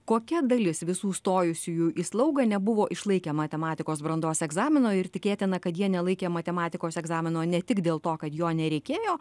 kokia dalis visų stojusiųjų į slaugą nebuvo išlaikę matematikos brandos egzamino ir tikėtina kad jie nelaikė matematikos egzamino ne tik dėl to kad jo nereikėjo